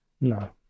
No